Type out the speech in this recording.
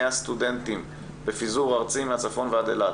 סטודנטים בפיזור ארצי מהצפון ועד אילת.